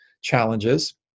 challenges